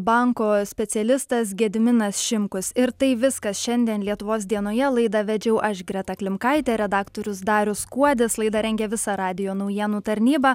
banko specialistas gediminas šimkus ir tai viskas šiandien lietuvos dienoje laidą vedžiau aš greta klimkaitė redaktorius darius kuodis laidą rengė visa radijo naujienų tarnyba